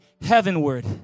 heavenward